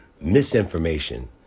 misinformation